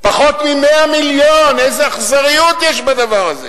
פחות מ-100 מיליון, איזה אכזריות יש בדבר הזה.